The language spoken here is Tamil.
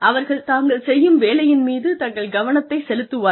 அவர்கள் தாங்கள் செய்யும் வேலையின் மீது தங்கள் கவனத்தை செலுத்துவார்கள்